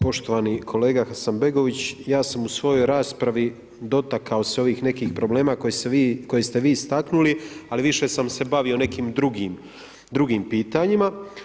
Poštovani kolega Hasanbegović, ja sam u svojoj raspravi dotakao se ovih nekih problema koje ste vi istaknuli, ali više sam se bavio nekim drugim pitanjima.